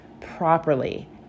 properly